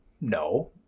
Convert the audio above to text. No